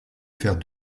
faire